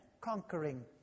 conquering